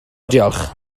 diolch